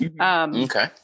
okay